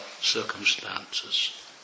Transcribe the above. circumstances